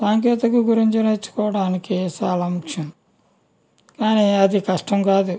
సాంకేతికత గురించి నేర్చుకోవడానికి చాల ముఖ్యం కానీ అది కష్టం కాదు